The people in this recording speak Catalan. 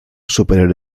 superior